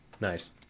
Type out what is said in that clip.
Nice